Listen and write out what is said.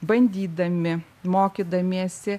bandydami mokydamiesi